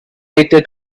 later